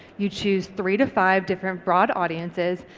you choose three to five different broad audiences,